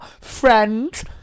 friend